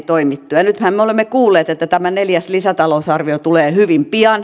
nythän me olemme kuulleet että tämä neljäs lisätalousarvio tulee hyvin pian